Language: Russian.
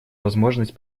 возможность